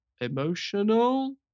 emotional